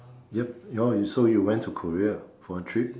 yup oh so you went to Korea for a trip